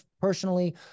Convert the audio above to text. personally